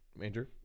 Andrew